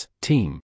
team